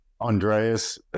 Andreas